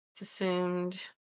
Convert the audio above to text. assumed